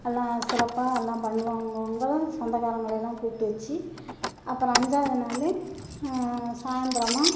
எல்லாம் சிறப்பாக எல்லாம் பண்ணுவாம் அங்கவுங்களை சொந்தக்காரங்களெல்லாம் கூப்பிட்டு வெச்சு அப்புறம் அஞ்சாவது நாள் சாய்ந்திரமா